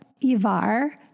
Ivar